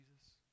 jesus